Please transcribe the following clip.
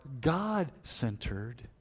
god-centered